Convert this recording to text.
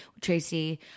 Tracy